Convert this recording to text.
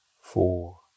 four